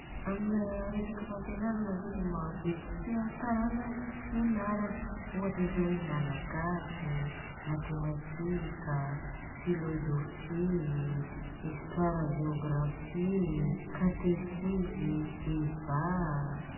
Amina resaka fampenarana zô an de maro be si a taranja enarana, ohatra zô hoe malagasy, mathématique a, philosophie ii, histoire géographie ii, katesizy, EVA a.